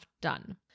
done